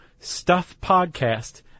StuffPodcast